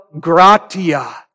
gratia